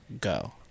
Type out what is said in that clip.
Go